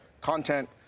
content